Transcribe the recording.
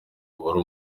uwari